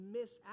miss